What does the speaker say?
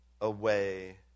away